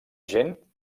gent